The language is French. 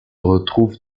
retrouve